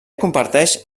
comparteix